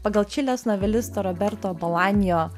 pagal čilės novelisto roberto balanijo